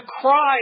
cry